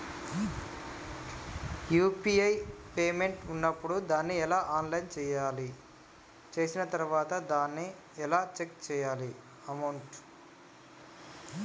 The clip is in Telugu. యూ.పీ.ఐ పేమెంట్ ఉన్నప్పుడు దాన్ని ఎలా ఆన్ చేయాలి? చేసిన తర్వాత దాన్ని ఎలా చెక్ చేయాలి అమౌంట్?